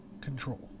control